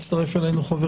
הצטרף אלינו חבר